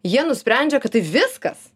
jie nusprendžia kad tai viskas